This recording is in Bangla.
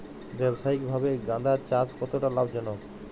ব্যবসায়িকভাবে গাঁদার চাষ কতটা লাভজনক?